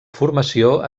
formació